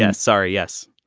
yeah sorry yes,